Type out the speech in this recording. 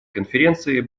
конференции